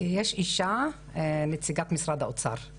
יש אישה, נציגת משרד האוצר.